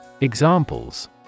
Examples